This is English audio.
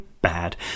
Bad